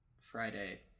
Friday